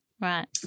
Right